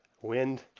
wind